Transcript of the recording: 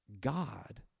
God